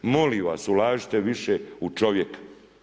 Molim vas, ulažite više u čovjeka.